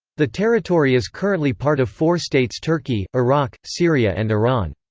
the territory is currently part of four states turkey, iraq, syria and iran.